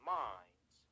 minds